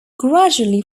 gradually